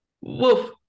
Woof